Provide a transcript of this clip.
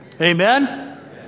Amen